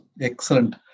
Excellent